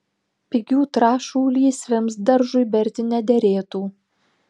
pigių trąšų lysvėms daržui berti nederėtų